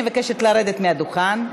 אני מבקשת לרדת מהדוכן.